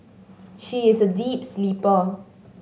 she is a deep sleeper